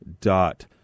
dot